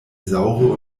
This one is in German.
saure